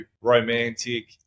romantic